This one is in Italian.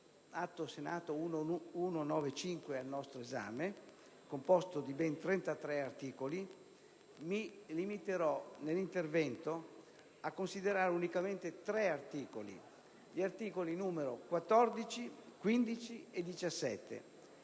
Senato n. 1195 al nostro esame, composto di ben 33 articoli, mi limiterò nel mio intervento a considerare unicamente tre articoli: gli articoli 14, 15 e 17,